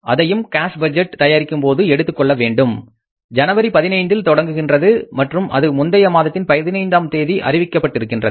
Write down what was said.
அதையும் cash budget தயாரிக்கும்போது எடுத்துக்கொள்ள வேண்டும் ஜனவரி 15 இல் தொடங்குகின்றது மற்றும் அது முந்தைய மாதத்தின் 15ஆம் தேதி அறிவிக்கப்பட்டிருக்கிறது